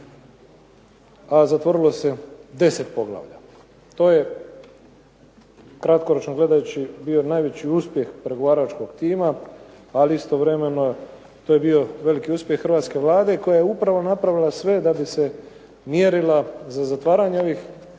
a zatvorilo se 10 poglavlja. To je kratkoročno gledajući bio najveći uspjeh pregovaračkog tima, ali istovremeno to je bio veliki uspjeh Hrvatske vlade koja je upravo napravila sve da bi se mjerila za zatvaranje ovih